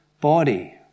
body